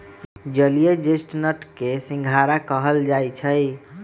जलीय चेस्टनट के सिंघारा कहल जाई छई